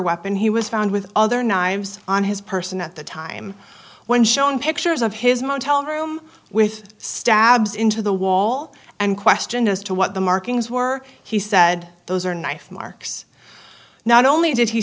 weapon he was found with other knives on his person at the time when shown pictures of his motel room with stabs into the wall and questioned as to what the markings were he said those are knife marks not only did he